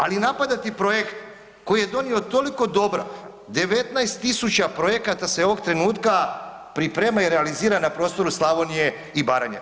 Ali napadati projekt koji je donio toliko dobra, 19 tisuća projekata se ovog trenutka priprema i realizira na prostoru Slavonije i Baranje.